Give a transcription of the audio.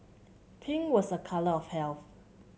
pink was a colour of health